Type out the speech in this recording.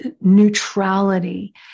neutrality